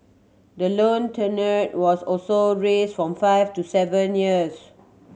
the loan tenure was also raised from five to seven years